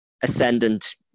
ascendant